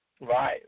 right